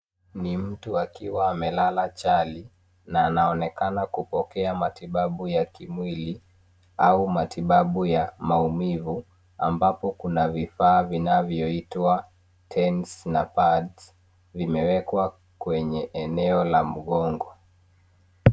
Ni mtu akiwa amelala chali na anaonekana kupokea matibabu ya kimwili au matibabu ya maumivu ambapo kuna vifaa vinavyoitwa tense na pads vimewekwa kwenye eneo la mgongo